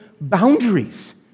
boundaries